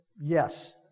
yes